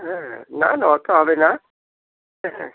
হ্যাঁ না না অতো হবে না হ্যাঁ হ্যাঁ